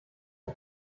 des